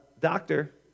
doctor